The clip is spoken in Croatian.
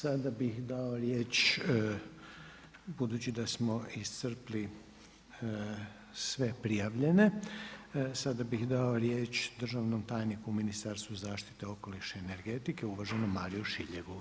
Sada bih dao riječ budući da smo iscrpili sve prijavljene, sada bih dao riječ državnom tajniku u Ministarstvu zaštite okoliša i energetike uvaženom Mariu Šiljegu.